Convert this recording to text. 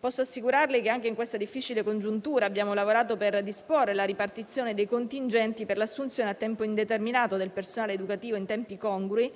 Posso assicurarle che, anche in questa difficile congiuntura, abbiamo lavorato per disporre la ripartizione dei contingenti per l'assunzione a tempo indeterminato del personale educativo in tempi congrui,